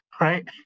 right